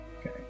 Okay